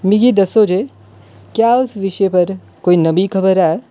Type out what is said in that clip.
मिगी दस्सो जे क्या उस विशे पर कोई नमीं खबर ऐ